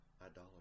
idolatry